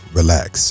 relax